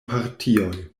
partioj